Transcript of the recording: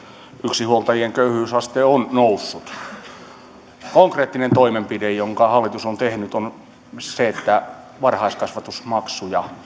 yksinhuoltajien köyhyysaste on noussut konkreettinen toimenpide jonka hallitus on tehnyt on se että pienituloisimpien varhaiskasvatusmaksuja